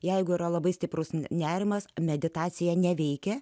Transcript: jeigu yra labai stiprus nerimas meditacija neveikia